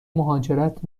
مهاجرت